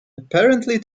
apparently